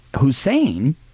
Hussein